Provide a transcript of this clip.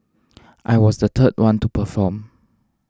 I was the third one to perform